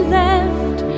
left